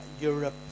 Europe